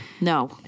No